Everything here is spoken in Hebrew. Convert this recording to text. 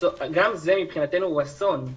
גם זה מבחינתנו הוא אסון,